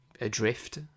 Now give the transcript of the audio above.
adrift